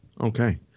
Okay